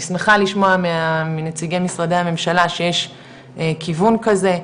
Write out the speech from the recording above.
אני שמחה לשמוע מנציגי משרדי הממשלה שיש כיוון כזה,